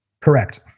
correct